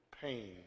pain